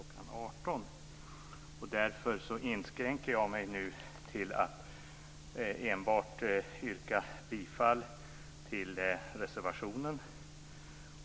18. Därför inskränker jag mig nu till att enbart yrka bifall till reservationen.